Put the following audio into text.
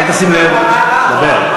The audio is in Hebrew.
אל תשים לב, תדבר.